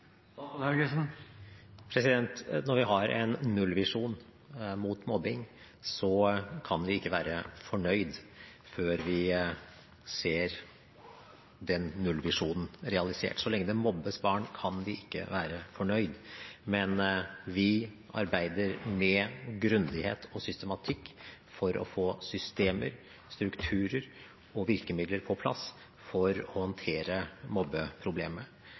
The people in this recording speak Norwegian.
Når vi har en nullvisjon mot mobbing, kan vi ikke være fornøyd før vi ser den nullvisjonen realisert. Så lenge det mobbes barn, kan vi ikke være fornøyd, men vi arbeider med grundighet og systematikk for å få systemer, strukturer og virkemidler på plass for å håndtere